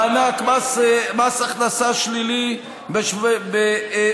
מענק מס הכנסה שלילי הוגדל.